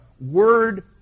Word